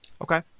Okay